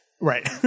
Right